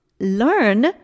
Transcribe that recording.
learn